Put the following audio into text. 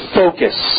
focus